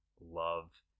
love